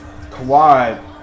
Kawhi